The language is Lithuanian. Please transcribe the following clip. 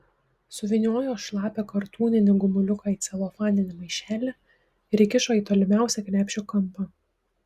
suvyniojo šlapią kartūninį gumuliuką į celofaninį maišelį ir įkišo į tolimiausią krepšio kampą